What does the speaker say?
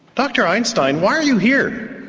dr einstein, why are you here?